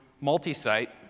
multi-site